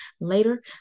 later